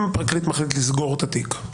אם פרקליט מחליט לסגור את התיק,